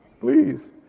please